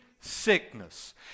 sickness